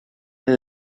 that